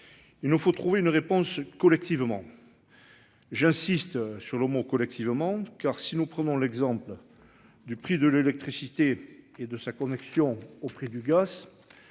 Il nous faut trouver une réponse collectivement.-- J'insiste sur le mot collectivement car si nous prenons l'exemple. Du prix de l'électricité et de sa connexion auprès du